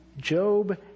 Job